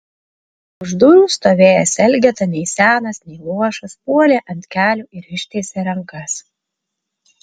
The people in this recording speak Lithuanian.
už durų stovėjęs elgeta nei senas nei luošas puolė ant kelių ir ištiesė rankas